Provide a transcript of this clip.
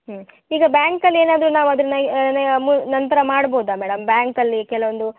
ಹ್ಞೂ ಈಗ ಬ್ಯಾಂಕಲ್ಲಿ ಏನಾದರು ನಾವು ಅದನ್ನು ನ ಮು ನಂತರ ಮಾಡ್ಬೋದಾ ಮೇಡಮ್ ಬ್ಯಾಂಕಲ್ಲಿ ಕೆಲವೊಂದು